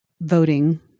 voting